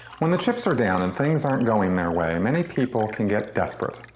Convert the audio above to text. when the chips are down and things aren't going their way many people can get desperate.